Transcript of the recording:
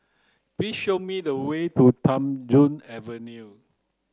please show me the way to Tham Soong Avenue